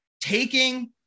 taking